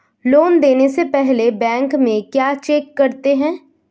Loan देने से पहले बैंक में क्या चेक करते हैं?